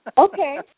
okay